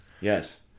Yes